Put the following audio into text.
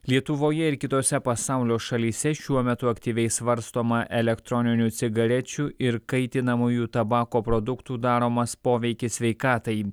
lietuvoje ir kitose pasaulio šalyse šiuo metu aktyviai svarstoma elektroninių cigarečių ir kaitinamųjų tabako produktų daromas poveikis sveikatai